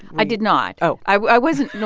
i did not oh i wasn't.